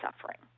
suffering